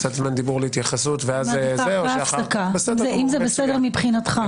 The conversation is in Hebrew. מעדיפה אחרי ההפסקה, ברשותך.